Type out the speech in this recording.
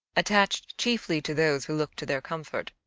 attached chiefly to those who look to their comfort,